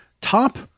top